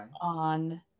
On